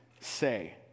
say